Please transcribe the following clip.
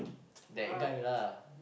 that guy lah